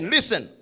Listen